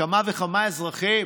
מכמה וכמה אזרחים.